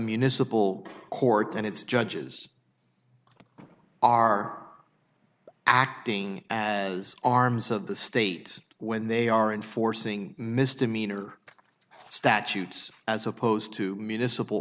municipal court and its judges are acting as arms of the state when they are enforcing misdemeanor statutes as opposed to municipal